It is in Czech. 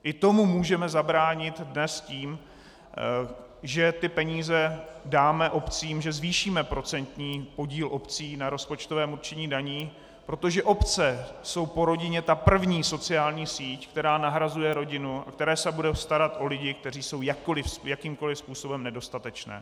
I tomu můžeme zabránit dnes tím, že ty peníze dáme obcím, že zvýšíme procentní podíl obcí na rozpočtovém určení daní, protože obce jsou po rodině ta první sociální síť, která nahrazuje rodinu, která se bude starat o lidi, kteří jsou jakýmkoliv způsobem nedostateční.